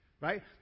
right